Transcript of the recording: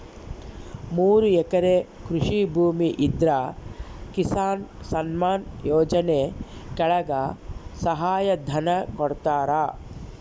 ಮೂರು ಎಕರೆ ಕೃಷಿ ಭೂಮಿ ಇದ್ರ ಕಿಸಾನ್ ಸನ್ಮಾನ್ ಯೋಜನೆ ಕೆಳಗ ಸಹಾಯ ಧನ ಕೊಡ್ತಾರ